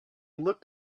looked